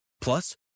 Plus